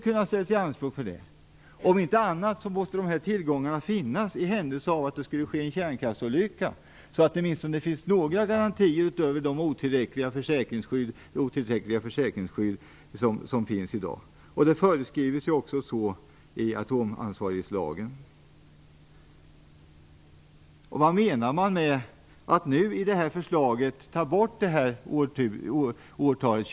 Om inte annat måste dessa tillgångar finnas i händelse av att det skulle ske en kärnkraftsolycka så att det åtminstone finns några garantier utöver det otillräckliga försäkringsskydd som finns. Det föreskrivs ju också i atomansvarighetslagen. Vad menar man med att ta bort årtalet 2010 i det här förslaget?